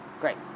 Great